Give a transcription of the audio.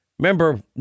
Remember